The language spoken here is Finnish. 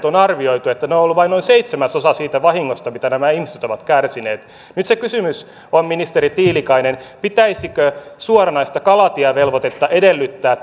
on arvioitu että kalojen istutusvelvoitteet ovat olleet vain noin seitsemäsosa siitä vahingosta mitä nämä ihmiset ovat kärsineet nyt se kysymys on ministeri tiilikainen pitäisikö suoranaista kalatievelvoitetta edellyttää